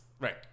Right